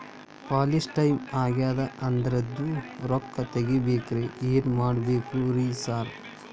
Policy time ಆಗ್ಯಾದ ಅದ್ರದು ರೊಕ್ಕ ತಗಬೇಕ್ರಿ ಏನ್ ಮಾಡ್ಬೇಕ್ ರಿ ಸಾರ್?